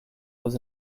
was